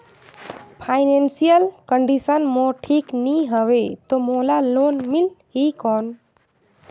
Financial condition मोर ठीक नी हवे तो मोला लोन मिल ही कौन??